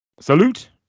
salute